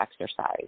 exercise